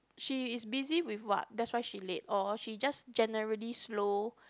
she is busy with what that's why she late or she just generally slow